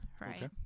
right